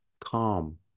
calm